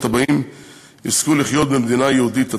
הבאים יזכו לחיות במדינה יהודית עצמאית?